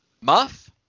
Muff